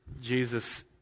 Jesus